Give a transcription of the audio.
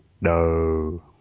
No